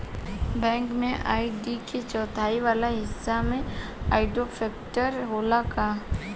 Bank में ID के चौथाई वाला हिस्सा में आइडेंटिफैएर होला का?